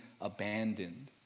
abandoned